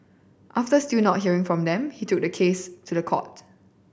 after still not hearing from them he took the case to the court